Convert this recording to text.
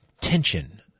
tension